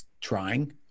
trying